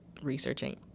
researching